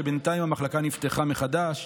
שבינתיים המחלקה נפתחה מחדש,